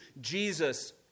Jesus